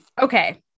okay